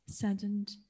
saddened